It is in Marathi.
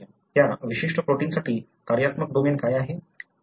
त्या विशिष्ट प्रोटीनसाठी कार्यात्मक डोमेन काय आहे